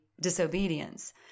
disobedience